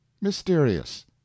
Mysterious